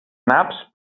naps